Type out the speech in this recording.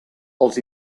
els